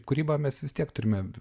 kūrybą mes vis tiek turime